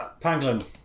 Pangolin